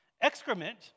Excrement